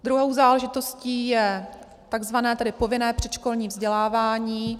Druhou záležitostí je tzv. povinné předškolní vzdělávání.